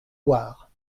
loire